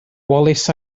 wallace